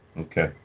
Okay